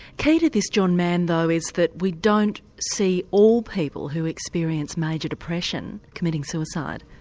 key to this, john mann, though, is that we don't see all people who experience major depression committing suicide.